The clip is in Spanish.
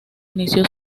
inició